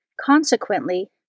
Consequently